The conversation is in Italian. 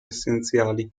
essenziali